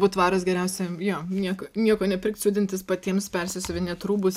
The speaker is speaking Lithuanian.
būt tvarūs geriausia jo nieko nieko nepirkt siūdintis patiems persiuvinėt rūbus